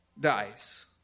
dies